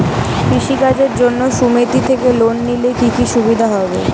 কৃষি কাজের জন্য সুমেতি থেকে লোন নিলে কি কি সুবিধা হবে?